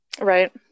Right